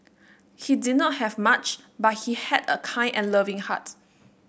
he did not have much but he had a kind and loving heart